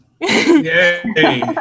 Yay